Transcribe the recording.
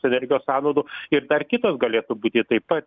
energijos sąnaudų ir dar kitos galėtų būti taip pat